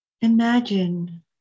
imagine